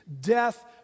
Death